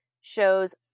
shows